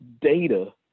data